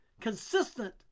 consistent